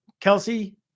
Kelsey